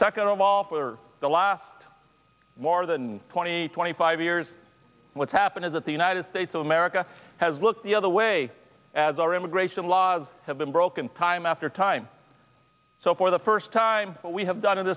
second of all for the last more than twenty twenty five years what's happened is that the united states of america has looked the other way as our immigration laws have been broken time after time so for the first time what we have done i